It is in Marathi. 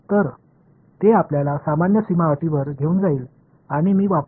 तर ते आपल्याला सामान्य सीमा अटीवर घेऊन जाईल आणि मी वापरेन